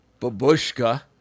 Babushka